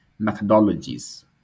methodologies